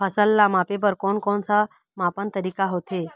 फसल ला मापे बार कोन कौन सा मापन तरीका होथे?